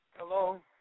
Hello